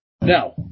Now